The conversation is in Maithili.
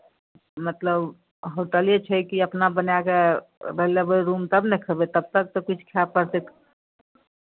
मतलब होटले छै की अपना बनाय कऽ लेबै रूम तब ने खयबै तब तक तऽ किछु खाय पड़तै